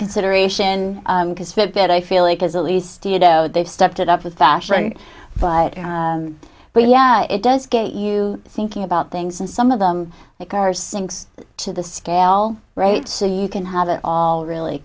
consideration because fitbit i feel like has at least you know they've stepped it up with fashion but but yeah it does get you thinking about things and some of them like our sinks to the scale right so you can have it all really